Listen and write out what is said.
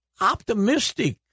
optimistic